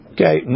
Okay